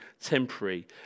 temporary